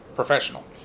professional